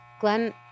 Glenn